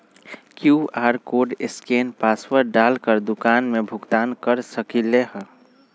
QR code scan password डाल कर दुकान में भुगतान कर सकलीहल?